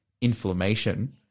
inflammation